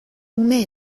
ume